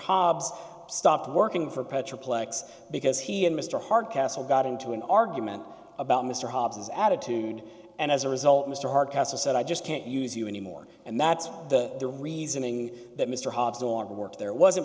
hobbs stopped working for petra plex because he and mr hardcastle got into an argument about mr hobbs's attitude and as a result mr hardcastle said i just can't use you anymore and that's the the reasoning that mr hobbs i want to work there wasn't